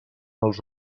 els